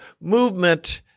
movement